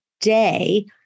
day